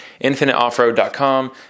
InfiniteOffRoad.com